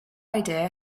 idea